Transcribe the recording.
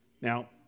Now